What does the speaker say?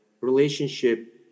relationship